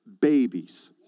babies